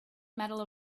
medal